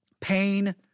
pain